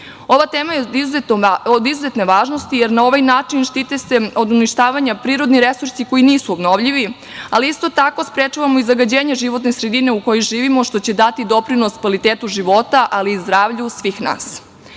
tema je od izuzetne važnosti jer na ovaj način štite se od uništavanja prirodni resursi koji nisu obnovljivi, ali isto tako sprečavamo i zagađenje životne sredine u kojoj živimo, što će dati doprinos kvalitetu života ali i zdravlju svih